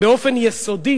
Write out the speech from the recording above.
באופן יסודי